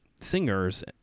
singers